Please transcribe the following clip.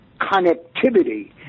connectivity